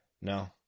no